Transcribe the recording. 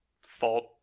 fault